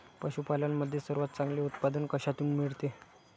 पशूपालन मध्ये सर्वात चांगले उत्पादन कशातून मिळते?